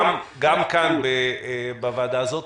גם כאן בוועדה הזאת,